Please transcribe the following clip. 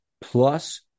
plus